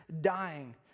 dying